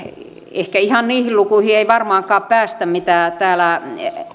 ehkä ihan niihin lukuihin ei varmaankaan päästä mitä täällä